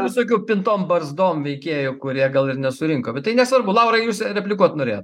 visokių pintom barzdom veikėjų kurie gal ir nesurinko bet tai nesvarbu laurai jūs replikuot norėjo